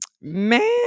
Man